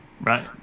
Right